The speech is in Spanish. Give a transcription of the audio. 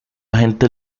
agente